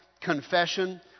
confession